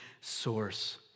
source